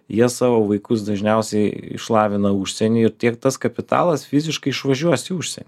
jie savo vaikus dažniausiai išlavina užsieny ir tiek tas kapitalas fiziškai išvažiuos į užsienį